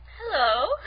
Hello